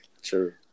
Sure